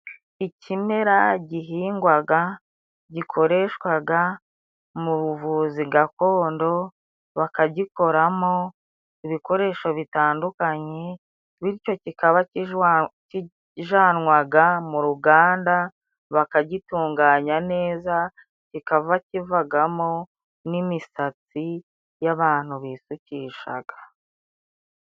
Ikimera gihingwaga gikoreshwaga mu buvuzi gakondo, bakagikoramo ibikoresho bitandukanye. Bityo kikaba kijanwaga mu ruganda, bakagitunganya neza, kikaba kivagamo n'imisatsi y'abantu bisukishaga.